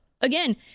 again